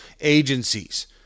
agencies